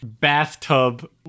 bathtub